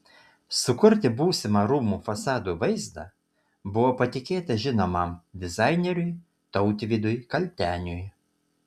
sukurti būsimą rūmų fasadų vaizdą buvo patikėta žinomam dizaineriui tautvydui kalteniui